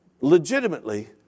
legitimately